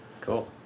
Cool